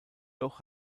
doch